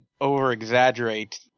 over-exaggerate